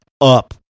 up